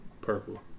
Purple